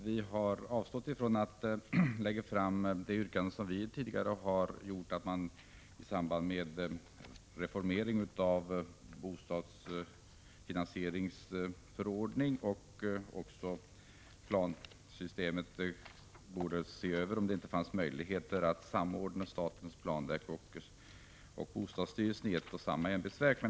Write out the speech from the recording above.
Vi har avstått från att framställa vårt tidigare yrkande, att man i samband med reformering av bostadsfinansieringsförordning och planeringssystem skall överväga möjligheter att samordna statens planverk och bostadsstyrelsen i ett och samma ämbetsverk.